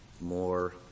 more